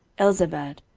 elzabad,